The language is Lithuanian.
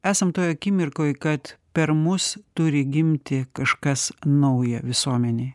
esam toj akimirkoj kad per mus turi gimti kažkas nauja visuomenėj